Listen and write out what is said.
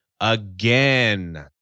again